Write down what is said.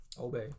obey